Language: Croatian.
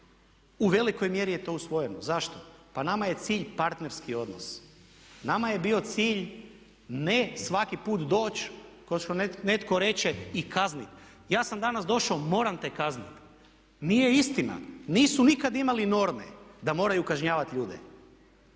U velikoj mjeri je to usvojeno. Zašto? Pa nama je cilj partnerski odnos. Nama je bio cilj ne svaki put doći kao što netko reče i kazniti. Ja sam danas došao, moram te kazniti. Nije istina! Nisu nikad imali norme da moraju kažnjavati ljude,